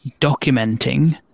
documenting